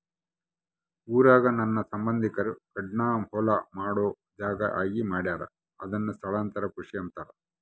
ಊರಾಗ ನನ್ನ ಸಂಬಂಧಿಕರು ಕಾಡ್ನ ಹೊಲ ಮಾಡೊ ಜಾಗ ಆಗಿ ಮಾಡ್ಯಾರ ಅದುನ್ನ ಸ್ಥಳಾಂತರ ಕೃಷಿ ಅಂತಾರ